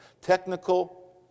technical